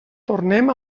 tornem